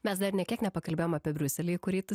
mes dar nė kiek nepakalbėjom apie briuselį į kurį tu